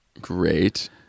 Great